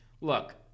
Look